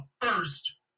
first